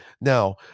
Now